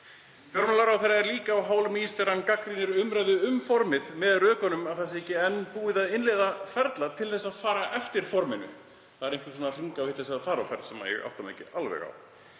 Fjármálaráðherra er líka á hálum ís þegar hann gagnrýnir umræðu um formið með þeim rökum að það sé ekki enn búið að innleiða ferla til að fara eftir forminu. Það er einhvers konar hringavitleysa þar á ferð sem ég átta mig ekki alveg á.